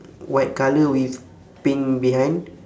white colour with pink behind